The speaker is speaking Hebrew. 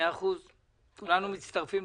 כולנו מצטרפים.